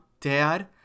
dad